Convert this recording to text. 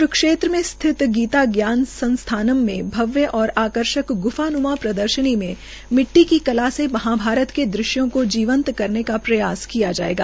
क्रूक्षेत्र में स्थित गीता ज्ञान संस्थानम में भव्य और आकर्षक ग्फान्मा प्रदर्शनी में मिट्टी की कला से महाभारत के दृश्यों को जीवंत करने का अनोखा प्रयास देखने को मिलेगा